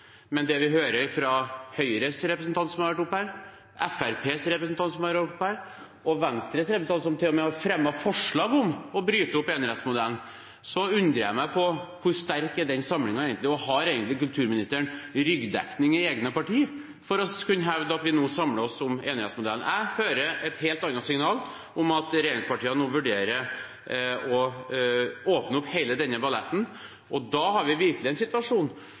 Men når vi hører Høyres representant her, Fremskrittspartiets representant og Venstres representant – som til og med har fremmet forslag om å bryte opp enerettsmodellen – så undrer jeg meg på hvor sterk den samlingen er, og har kulturministeren egentlig ryggdekning i eget parti for å kunne hevde at vi nå samler oss om enerettsmodellen? Jeg hører et helt annet signal, om at regjeringspartiene nå vurderer å åpne opp hele denne balletten, og da har vi virkelig en situasjon